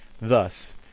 Thus